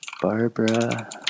Barbara